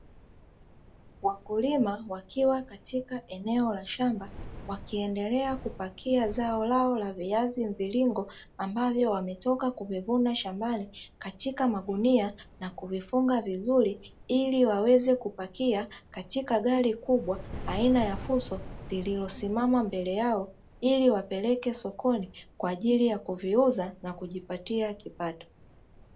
Wakulima wakiwa katika eneo la shamba wakiendelea kupakia zao lao la viazi mviringo, ambavyo wametoka kuvivuna shambani katika magunia, na kuvifunga vizuri ili waweze kupakia katika gari kubwa aina ya fuso, lililosimama mbele yao ili wapeleke sokoni kwa ajili ya kuviuza na kujipatia kipato.